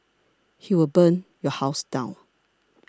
he will burn your house down